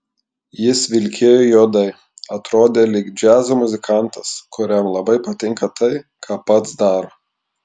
jis vilkėjo juodai atrodė lyg džiazo muzikantas kuriam labai patinka tai ką pats daro